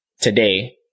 today